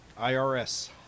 IRS